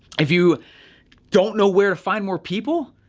if you don't know where to find more people,